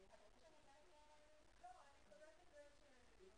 היועצת המשפטית לוועדה תקריא שוב ולאחר מכן ניגש להצבעה.